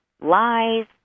lies